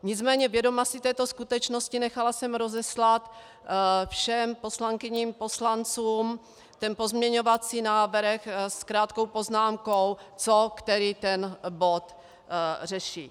Nicméně, vědoma si této skutečnosti, nechala jsem rozeslat všem poslankyním a poslancům pozměňovací návrh s krátkou poznámkou, co který ten bod řeší.